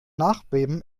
nachbeben